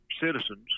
citizens